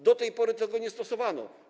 Do tej pory tego nie stosowano.